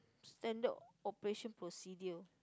standard operation procedure